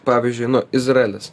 pavyzdžiui nu izraelis